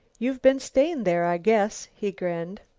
you've been staying there, i guess. he grinned.